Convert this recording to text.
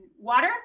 water